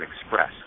Express